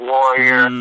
Warrior